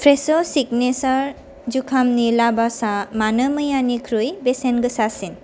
fresh' सिगनेसार जुखामनि लाबाशआ मानो मैयानिख्रुइ बेसेन गोसासिन